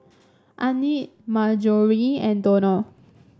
Annette Marjorie and Donald